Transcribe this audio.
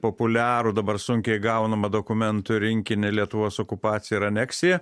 populiarų dabar sunkiai gaunamą dokumentų rinkinį lietuvos okupacija ir aneksija